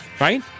right